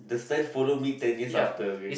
the stares follow me ten years after okay